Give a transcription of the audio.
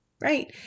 Right